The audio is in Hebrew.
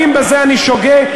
האם בזה אני שוגה?